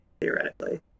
theoretically